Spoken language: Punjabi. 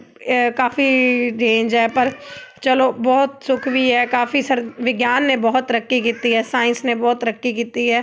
ਕਾਫੀ ਰੇਂਜ ਹੈ ਪਰ ਚਲੋ ਬਹੁਤ ਸੁੱਖ ਵੀ ਹੈ ਕਾਫੀ ਵਿਗਿਆਨ ਨੇ ਬਹੁਤ ਤਰੱਕੀ ਕੀਤੀ ਹੈ ਸਾਇੰਸ ਨੇ ਬਹੁਤ ਤਰੱਕੀ ਕੀਤੀ ਹੈ